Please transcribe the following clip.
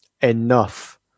enough